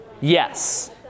Yes